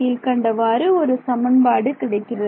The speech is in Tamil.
கீழ்க்கண்டவாறு ஒரு சமன்பாடு கிடைக்கிறது